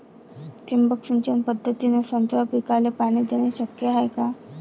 ठिबक सिंचन पद्धतीने संत्रा पिकाले पाणी देणे शक्य हाये का?